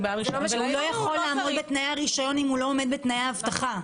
הוא לא יכול לעמוד בתנאי הרישיון אם הוא לא עומד בתנאי האבטחה.